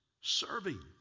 serving